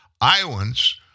Iowans